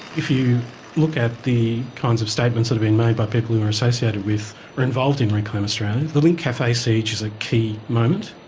if you look at the kinds of statements that are being made by people who are associated with or involved in reclaim australia, the lindt cafe siege is a key moment.